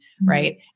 right